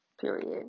Period